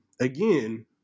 again